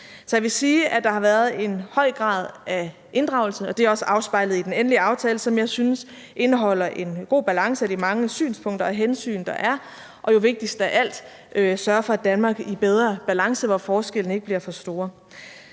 Så jeg vil sige, at der har været en høj grad af inddragelse, og det er også afspejlet i den endelige aftale, som jeg synes indeholder en god balance af de mange synspunkter og hensyn, der er, og jo vigtigst af alt sørger for et Danmark i bedre balance, hvor forskellene ikke bliver for store.